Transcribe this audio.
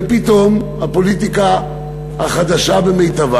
ופתאום הפוליטיקה החדשה במיטבה.